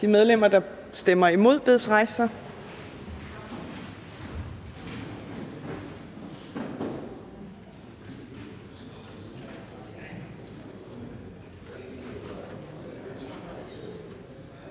De medlemmer, der stemmer imod, bedes rejse